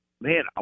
man